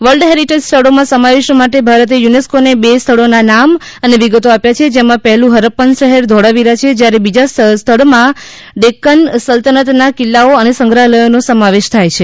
world heritage સ્થળોમાં સમાવેશ માટે ભારતે યુનેસ્કોને બે સ્થળોના નામ અને વિગતો આપ્યા છે જેમાં પહેલું હરપ્પન શહેર ધોળાવીરા છે જયારે બીજા સ્થળમાં ડેક્કન સલ્તનતના કિલ્લાઓ અને સંગ્રહાલયોનો સમાવેશ થાય છે